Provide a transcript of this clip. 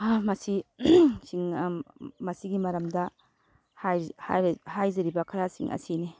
ꯃꯁꯤ ꯃꯁꯤꯒꯤ ꯃꯔꯝꯗ ꯍꯥꯏꯖꯔꯤꯕ ꯈꯔꯁꯤꯡ ꯑꯁꯤꯅꯤ